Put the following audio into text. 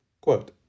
Quote